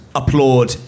applaud